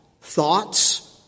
thoughts